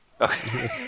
Okay